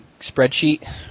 spreadsheet